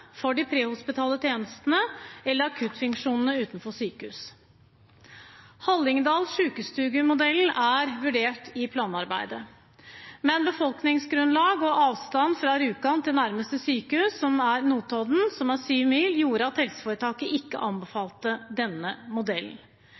for de prehospitale tjenestene eller akuttfunksjonene utenfor sykehus. Hallingdal Sjukestugu-modellen er vurdert i planarbeidet, men befolkningsgrunnlag og avstand fra Rjukan til nærmeste sykehus, på Notodden, som er syv mil, gjorde at helseforetaket ikke anbefalte denne modellen.